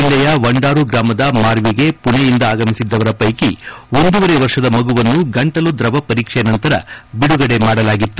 ಜಲ್ಲೆಯ ವಂಡಾರು ಗ್ರಾಮದ ಮಾರ್ವಿಗೆ ಪುಣೆಯಿಂದ ಆಗಮಿಸಿದ್ದವರ ಪೈಕಿ ಒಂದೂವರೆ ವರ್ಷದ ಮಗುವನ್ನು ಗಂಟಲು ದ್ರವ ಪರೀಕ್ಷೆ ನಂತರ ಬಿಡುಗಡೆ ಮಾಡಲಾಗಿತ್ತು